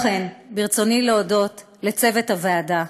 כמו כן, ברצוני להודות לצוות הוועדה,